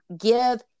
Give